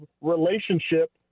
relationship